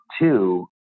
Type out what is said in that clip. two